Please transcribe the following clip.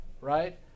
right